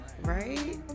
Right